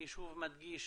אני שוב מדגיש